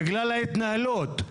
בגלל ההתנהלות.